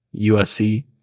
USC